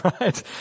right